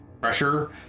pressure